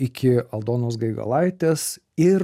iki aldonos gaigalaitės ir